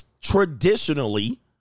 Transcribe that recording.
Traditionally